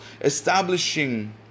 establishing